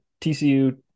TCU